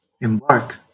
embark